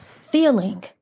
feeling